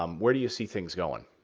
um where do you see things going?